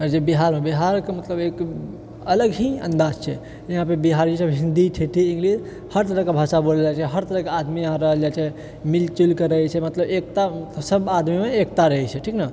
बिहारमे बिहारके मतलब एक अलग ही अंदाज छै यहाँ पे बिहारी जब हिन्दी ठेठी इंगलिश हर तरह कऽ भाषा बोलल जाय छै हर तरह कऽ आदमी यहाँ रहल जाय छै मिल जुलि कऽ रहै छै मतलब एकता सब आदमीमे एकता रहै छै ठीक ने